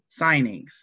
signings